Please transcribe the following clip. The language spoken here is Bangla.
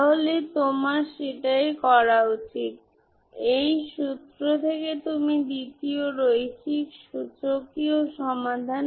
abfsin2mπb axdx bmab2mπb a xdx সুতরাং m 0 1 2 3 থেকে চলছে